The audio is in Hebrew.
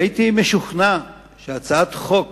הייתי משוכנע שהצעת חוק